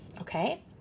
Okay